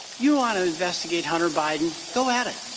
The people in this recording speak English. you want to investigate hunter biden, go at it.